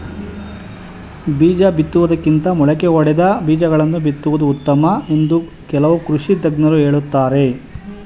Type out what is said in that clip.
ಬೀಜ ಬಿತ್ತುವುದಕ್ಕಿಂತ ಮೊಳಕೆ ಒಡೆದ ಬೀಜಗಳನ್ನು ಬಿತ್ತುವುದು ಉತ್ತಮ ಎಂದು ಕೆಲವು ಕೃಷಿ ತಜ್ಞರು ಹೇಳುತ್ತಾರೆ